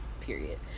period